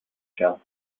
shell